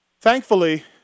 Thankfully